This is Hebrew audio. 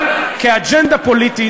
אבל כאג'נדה פוליטית,